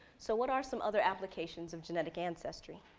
so what are some other applications of genetic ancestry.